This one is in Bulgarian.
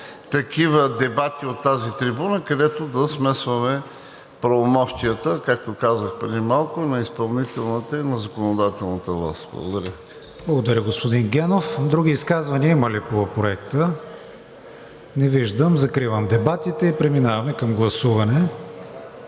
такива дебати от тази трибуна, където да смесваме правомощията, както казах преди малко, на изпълнителната и на законодателната власт. Благодаря. ПРЕДСЕДАТЕЛ КРИСТИАН ВИГЕНИН: Благодаря, господин Генов. Други изказвания има ли по Проекта? Не виждам. Закривам дебатите и преминаваме към гласуване.